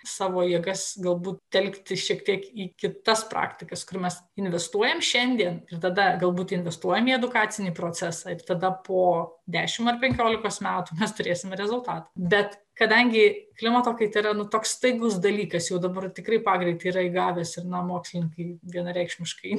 savo jėgas galbūt telkti šiek tiek į kitas praktikas kur mes investuojam šiandien ir tada galbūt investuojam į edukacinį procesą ir tada po dešimt ar penkiolikos metų mes turėsim rezultatą bet kadangi klimato kaita yra nu toks staigus dalykas jau dabar tikrai pagreitį yra įgavęs ir na mokslininkai vienareikšmiškai